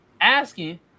asking